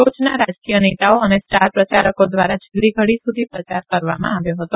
ોચના રા કીય નેતાઓ ને સ ાર પ્રયારકો ધ્વારા છેલ્લી ઘડી સુધી પ્રયાર કરવામાં આવ્યો હતો